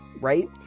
right